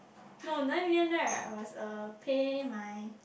no nine million right I must uh pay my